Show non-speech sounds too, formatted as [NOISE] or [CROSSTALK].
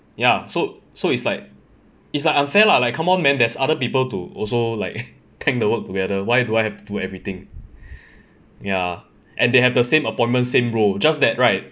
ya so so it's like it's like unfair lah like come on man there's other people to also like [LAUGHS] tank the work together why do I have to do everything ya and they have the same appointment same role just that right